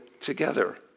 together